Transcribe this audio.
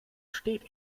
steht